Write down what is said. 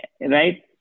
Right